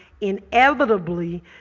inevitably